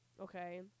okay